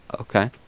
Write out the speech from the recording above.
Okay